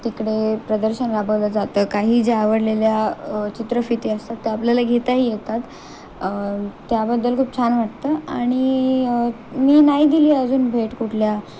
तिकडे प्रदर्शन राबवलं जातं काही जे आवडलेल्या चित्रफिती असतात ते आपल्याला घेताही येतात त्याबद्दल खूप छान वाटतं आणि मी नाही दिली अजून भेट कुठल्या